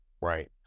right